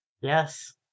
Yes